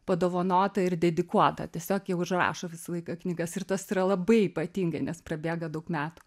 padovanota ir dedikuota tiesiog jie užrašo visą laiką knygas ir tas yra labai ypatinga nes prabėga daug metų